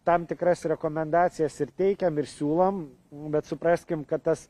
tam tikras rekomendacijas ir teikiam ir siūlom bet supraskim kad tas